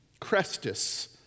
Crestus